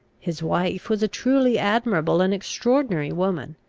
his wife was a truly admirable and extraordinary woman.